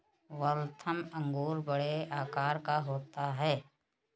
Waltham अंगूर बड़े आकार का होता है